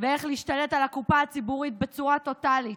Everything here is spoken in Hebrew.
ואיך להשתלט על הקופה הציבורית בצורה טוטלית.